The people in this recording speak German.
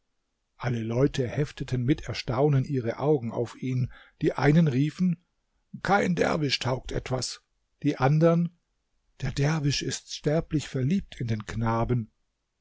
alle leute hefteten mit erstaunen ihre augen auf ihn die einen riefen kein derwisch taugt etwas die andern der derwisch ist sterblich verliebt in den knaben